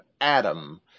adam